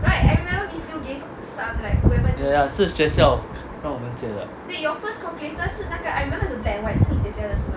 ya ya 是学校让我们借的